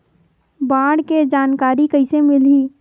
बाढ़ के जानकारी कइसे मिलही?